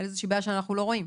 על איזה בעיה שאנחנו לא רואים.